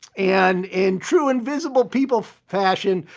and in true invisible people fashion,